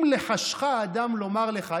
אם לחשך אדם לומר לך,